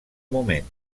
moment